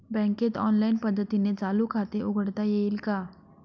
बँकेत ऑनलाईन पद्धतीने चालू खाते उघडता येईल का?